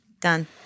Done